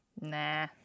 Nah